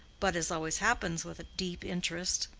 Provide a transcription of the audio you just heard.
but, as always happens with a deep interest,